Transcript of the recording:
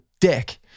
dick